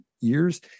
years